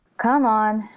come on!